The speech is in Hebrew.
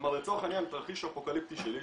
כלומר לצורך העניין תרחיש אפוקליפטי שלי,